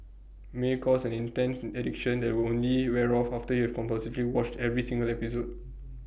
may cause an intense addiction that will only wear off after you have compulsively watched every single episode